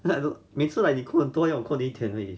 like 每次 like 扣你很多 then 扣我一点而已